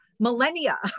millennia